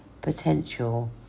potential